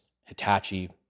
Hitachi